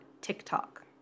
TikTok